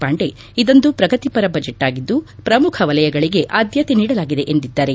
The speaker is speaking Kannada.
ಪಾಂಡೆ ಇದೊಂದು ಪ್ರಗತಿಪರ ಬಜೆಚ್ ಆಗಿದ್ದು ಪ್ರಮುಖ ವಲಯಗಳಗೆ ಆದ್ದತೆ ನೀಡಲಾಗಿದೆ ಎಂದಿದ್ದಾರೆ